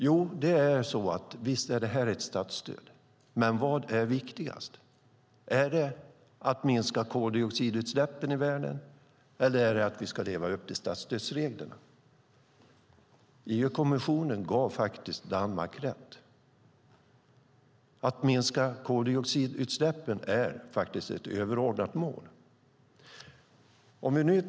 Jo, följande: Visst är det ett statsstöd, men vad är viktigast? Är det att minska koldioxidutsläppen i världen eller är det att vi ska leva upp till statsstödsreglerna? EU-kommissionen gav faktiskt Danmark rätt. Att minska koldioxidutsläppen är ett överordnat mål.